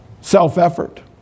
Self-effort